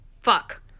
Fuck